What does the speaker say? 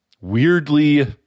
weirdly